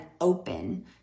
open